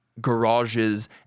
garages